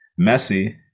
Messi